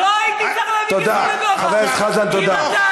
לא הייתי צריך להביא כסף, חבר הכנסת חזן, תודה.